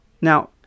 Now